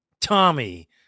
Tommy